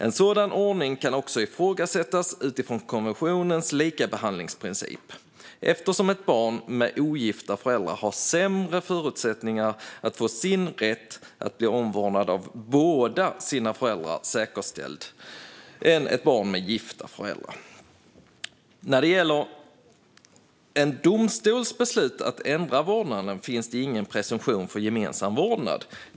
En sådan ordning kan också ifrågasättas utifrån konventionens likabehandlingsprincip, eftersom ett barn med ogifta föräldrar har sämre förutsättningar att få sin rätt att bli omvårdad av båda sina föräldrar säkerställd än ett barn med gifta föräldrar. När det gäller en domstols beslut att ändra vårdnaden finns det ingen presumtion för gemensam vårdnad.